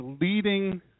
leading